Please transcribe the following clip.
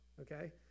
Okay